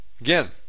Again